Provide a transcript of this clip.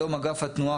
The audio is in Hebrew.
היום אגף התנועה,